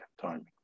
timing